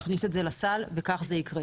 להכניס את זה לסל וכך זה יקרה.